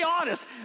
honest